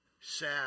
sad